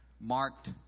marked